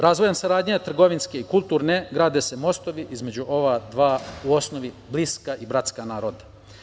Razvojem saradnje trgovinske i kulturne grade se mostovi između ova dva u osnovu bliska i bratska naroda.